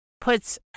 Puts